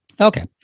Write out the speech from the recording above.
Okay